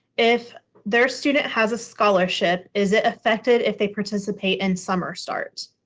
if their student has a scholarship, is it affected if they participate in summer start?